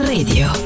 Radio